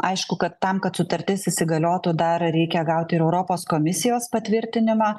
aišku kad tam kad sutartis įsigaliotų dar reikia gaut ir europos komisijos patvirtinimą